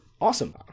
Awesome